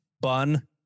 bun